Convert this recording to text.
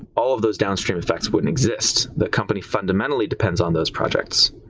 all of those downstream effects wouldn't exist. the company fundamentally depends on those projects.